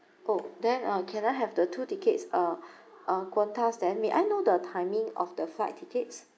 oh then uh can I have the two tickets uh uh Qantas then may I know the timing of the flight tickets